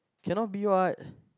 cannot be what